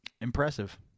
Impressive